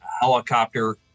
helicopter